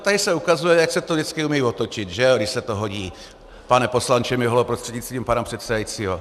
Tady se ukazuje, jak se to vždycky umí otočit, že?, když se to hodí, pane poslanče Miholo prostřednictvím pana předsedajícího.